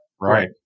Right